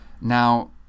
Now